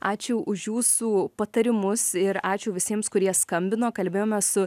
ačiū už jūsų patarimus ir ačiū visiems kurie skambino kalbėjomės su